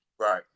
Right